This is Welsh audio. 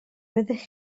fyddech